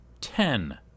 ten